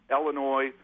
Illinois